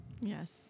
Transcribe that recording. Yes